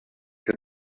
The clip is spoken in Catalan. que